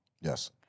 Yes